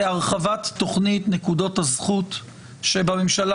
זה הרחבת תוכנית נקודות הזכות שבממשלה